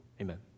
Amen